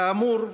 כאמור,